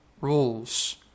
rules